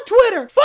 Twitter